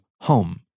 Home